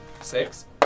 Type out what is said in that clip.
six